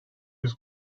yüz